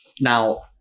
Now